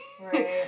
Right